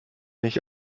nicht